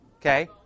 okay